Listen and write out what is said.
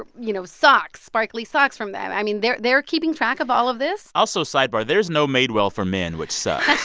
you know, socks sparkly socks from them. i mean, they're they're keeping track of all of this? also, sidebar, there's no madewell for men, which sucks